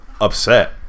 upset